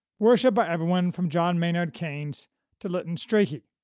worshipped by everyone from john maynard keynes to lytton strachey.